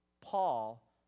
Paul